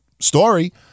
story